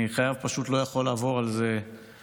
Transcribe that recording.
אני חייב, פשוט לא יכול לעבור על זה לסדר-היום.